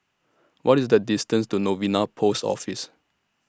What IS The distance to Novena Post Office